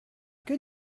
que